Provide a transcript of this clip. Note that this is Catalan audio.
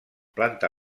planta